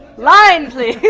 line please! yeah